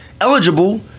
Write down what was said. eligible